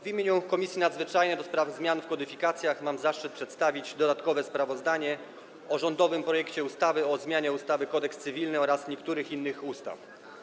W imieniu Komisji Nadzwyczajnej do spraw zmian w kodyfikacjach mam zaszczyt przedstawić dodatkowe sprawozdanie o rządowym projekcie ustawy o zmianie ustawy Kodeks cywilny oraz niektórych innych ustaw.